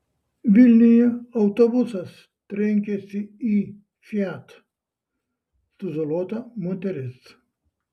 vilniuje autobusas trenkėsi į fiat sužalota moteris